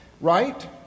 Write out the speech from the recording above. right